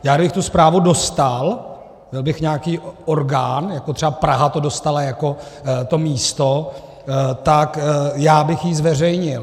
Já kdybych tu zprávu dostal, byl bych nějaký orgán, jako třeba Praha to dostala jako to místo, tak já bych ji zveřejnil.